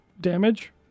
damage